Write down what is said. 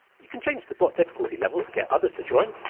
you can change the bot difficulty level to get others to join,